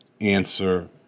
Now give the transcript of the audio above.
answer